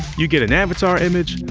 you get an avatar image,